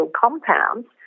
compounds